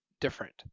different